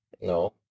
no